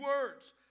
words